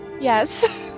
Yes